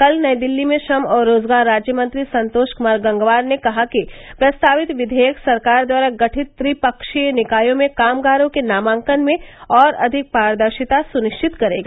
कल नई दिल्ली में श्रम और रोजगार राज्यमंत्री संतोष कुमार गंगवार ने कहा कि प्रस्तावित विधेयक सरकार द्वारा गठित त्रिपक्षीय निकायों में कामगारों के नामांकन में और अधिक पारदर्शिता सुनिश्चित करेगा